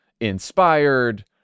inspired